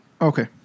Okay